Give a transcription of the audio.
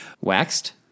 Waxed